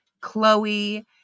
Chloe